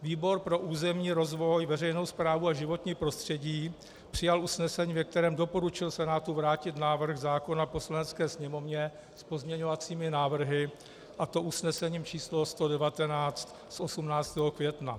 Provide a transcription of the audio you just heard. Výbor pro územní rozvoj, veřejnou správu a životní prostředí přijal usnesení, ve kterém doporučil Senátu vrátit návrh zákona Poslanecké sněmovně s pozměňovacími návrhy, a to usnesením číslo 119 z 18. května.